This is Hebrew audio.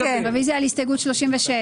אני חייב להגיד לך שהוא היה מעדיף שלא תברך אותו.